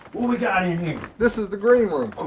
what we got in here? this is the green room.